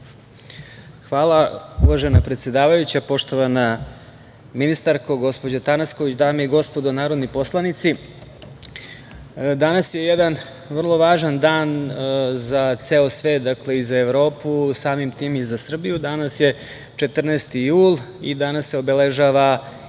Hvala. Uvažena predsedavajuća, poštovana ministarko gospođo Tanasković, dame i gospodo narodni poslanici, danas je jedan vrlo važan dan za ceo svet i za Evropu, samim tim i za Srbiju, danas je 14. jul i danas se obeležava